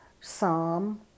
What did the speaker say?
Psalm